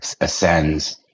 ascends